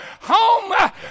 home